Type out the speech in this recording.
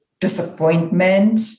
disappointment